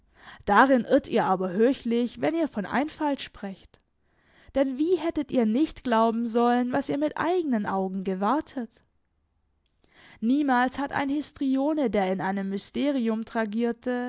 darin irrt ihr aber höchlich wenn ihr von einfalt sprecht denn wie hättet ihr nicht glauben sollen was ihr mit eigenen augen gewahrtet niemals hat ein histrione der in einem mysterium